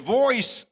voice